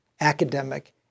academic